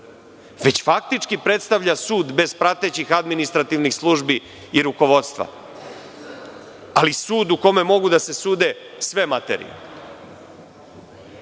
već faktički predstavlja sud bez pratećih administrativnih službi i rukovodstva, ali, sud u kome mogu da se sude sve materije. Da